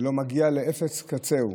זה לא מגיע לאפס קצהו,